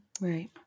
Right